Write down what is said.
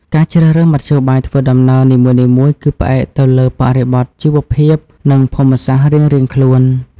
ការជ្រើសរើសមធ្យោបាយធ្វើដំណើរនីមួយៗគឺផ្អែកទៅលើបរិបទជីវភាពនិងភូមិសាស្ត្ររៀងៗខ្លួន។